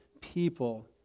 people